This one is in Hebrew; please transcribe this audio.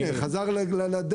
הינה, חזר לדלק.